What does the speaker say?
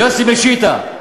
יוסי משיתא.